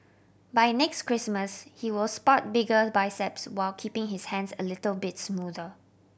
by next Christmas he will spot bigger biceps while keeping his hands a little bit smoother